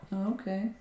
Okay